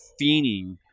fiending